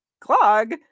clog